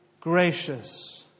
gracious